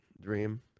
Dream